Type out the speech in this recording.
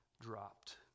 dropped